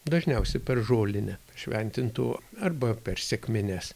dažniausiai per žolinę šventintų arba per sekmines